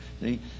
see